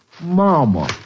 mama